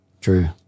True